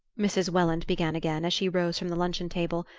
mrs. welland began again, as she rose from the luncheon-table,